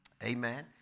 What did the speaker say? Amen